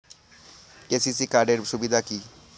KCC card এর সুবিধা কি?